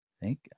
thank